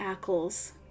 Ackles